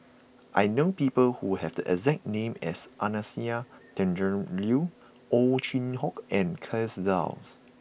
I know people who have the exact name as Anastasia Tjendri Liew Ow Chin Hock and Kay Das